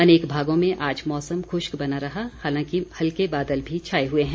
अनेक भागों में आज मौसम खुश्क बना रहा हालांकि हल्के बादल भी छाए हुए हैं